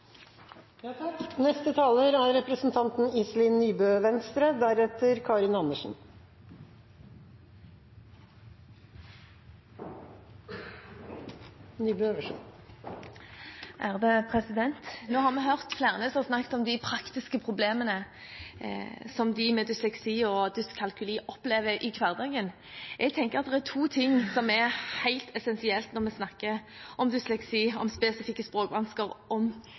har hørt flere snakke om de praktiske problemene som de med dysleksi og dyskalkuli opplever i hverdagen. Jeg tenker det er to ting som er helt essensielt når vi snakker om dysleksi, spesifikke språkvansker, dyskalkuli osv. Det er at det er noen som oppdager hva slags utfordringer en har, og at det skjer tidlig. Og tidlig – det kan være for sent i skolen. Når vi snakker om